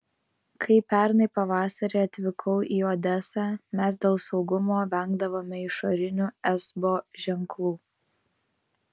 kai pernai pavasarį atvykau į odesą mes dėl saugumo vengdavome išorinių esbo ženklų